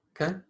okay